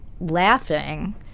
laughing